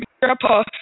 grandpa